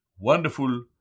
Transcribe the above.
Wonderful